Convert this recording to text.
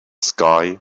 sky